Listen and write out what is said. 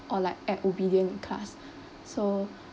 or like act obedient in class so